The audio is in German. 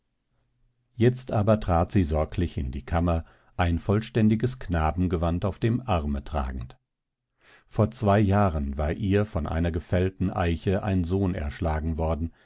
jetzt aber trat sie sorglich in die kammer ein vollständiges knabengewand auf dem arme tragend vor zwei jahren war ihr von einer gefällten eiche ein sohn erschlagen worden